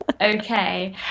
Okay